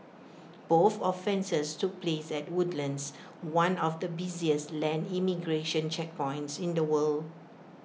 both offences took place at Woodlands one of the busiest land immigration checkpoints in the world